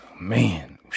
man